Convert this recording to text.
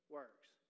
works